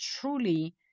truly